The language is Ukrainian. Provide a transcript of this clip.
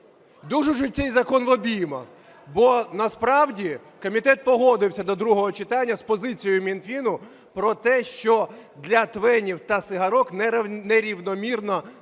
душачи цей закон в обіймах. Бо насправді комітет погодився до другого читання з позицією Мінфіну про те, що для ТВЕНів та цигарок нерівномірно